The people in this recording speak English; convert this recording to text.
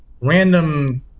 random